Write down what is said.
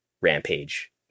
Rampage